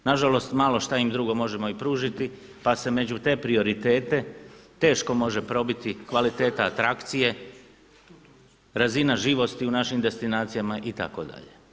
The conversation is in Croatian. Na žalost malo šta im drugo možemo i pružiti, pa se među te prioritete teško može probiti kvaliteta atrakcije, razina živosti u našim destinacijama itd.